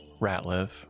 Ratliff